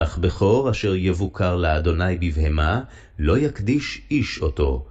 אך בכור אשר יבוכר לה' בבהמה, לא יקדיש איש אותו.